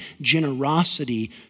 generosity